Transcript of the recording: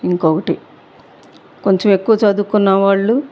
ఇంకొకటి కొంచెం ఎక్కువ చదువుకున్న వాళ్ళు